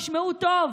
תשמעו טוב,